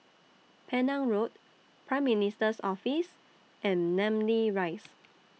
Penang Road Prime Minister's Office and Namly Rise